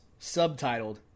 subtitled